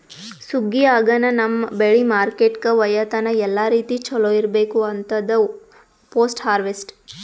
ಸುಗ್ಗಿ ಆಗನ ನಮ್ಮ್ ಬೆಳಿ ಮಾರ್ಕೆಟ್ಕ ಒಯ್ಯತನ ಎಲ್ಲಾ ರೀತಿ ಚೊಲೋ ಇರ್ಬೇಕು ಅಂತದ್ ಪೋಸ್ಟ್ ಹಾರ್ವೆಸ್ಟ್